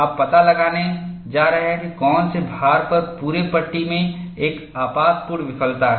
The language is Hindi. आप पता लगाने जा रहे हैं कौन से भार पर पूरे पट्टी में एक आपातपूर्ण विफलता है